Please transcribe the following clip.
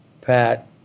Pat